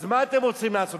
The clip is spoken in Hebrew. אז מה אתם רוצים לעשות?